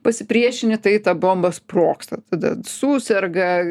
pasipriešini tai ta bomba sprogsta tada suserga